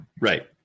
Right